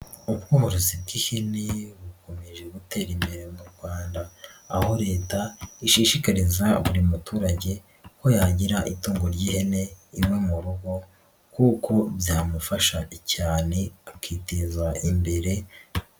Ubworozi bw'ihene bukomeje gutera imbere mu Rwanda, aho Leta ishishikariza buri muturage ko yagira itungo ry'ihene rimwe mu rugo kuko byamufasha cyane akiteza imbere.